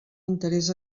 interès